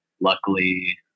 Luckily